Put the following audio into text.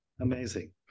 Amazing